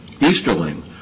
Easterling